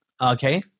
okay